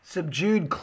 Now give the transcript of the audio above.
Subdued